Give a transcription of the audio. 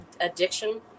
addiction